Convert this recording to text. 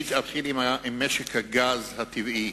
אתחיל עם משק הגז הטבעי,